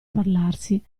parlarsi